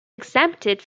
exempted